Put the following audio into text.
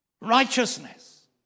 righteousness